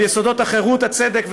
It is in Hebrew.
על יסודות החירות, הצדק והשלום,